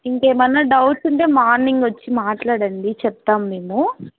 ఇంకేమైనా డౌట్స్ ఉంటే మార్నింగ్ వచ్చి మాట్లాడండి చెప్తాము మేము